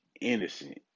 innocent